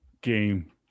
game